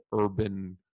urban